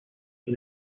for